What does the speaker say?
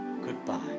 Goodbye